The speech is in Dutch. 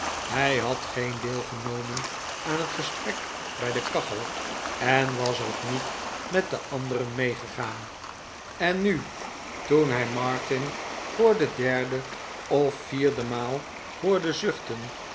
hij had geen deel genomen aan het gesprek bij de kachel en was ook niet met de anderen meegegaant en nu toen hij martin voor de derde of vierde maal hoorde zuchten